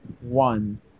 one